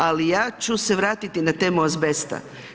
Ali ja ću se vratiti na temu azbesta.